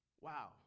Wow